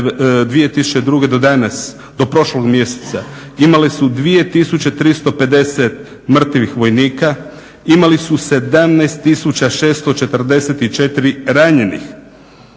2002.do danas do prošlog mjeseca imali su 2350 mrtvih vojnika, imali su 17644 ranjenih.